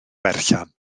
berllan